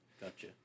Gotcha